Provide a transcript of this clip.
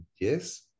yes